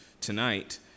tonight